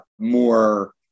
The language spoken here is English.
more